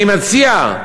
אני מציע,